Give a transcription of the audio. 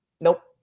Nope